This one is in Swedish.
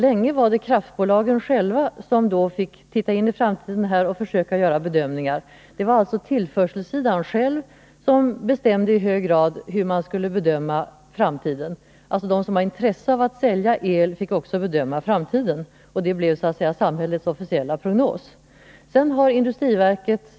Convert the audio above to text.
Länge var det kraftbolagen själva som fick försöka titta in i framtiden och göra bedömningar. Det var alltså tillförselsidan som i hög grad bestämde hur man skulle bedöma framtiden. De som hade intresse av att sälja el fick också bedöma framtiden, och det blev så att säga samhällets officiella prognos.